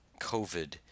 COVID